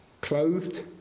clothed